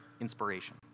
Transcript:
inspiration